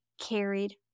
carried